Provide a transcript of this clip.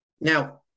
now